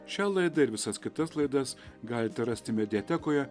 šią laidą ir visas kitas laidas galite rasti mediatekoje